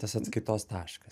tas atskaitos taškas